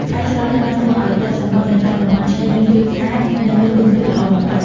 ការច្រោះនេះបានធ្វើឲ្យទឹកសមុទ្រនៅតាមតំបន់ឆ្នេរមានភាពស្អាត និងមានគុណភាពល្អបំផុត។